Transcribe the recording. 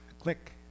Click